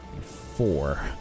Four